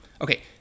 Okay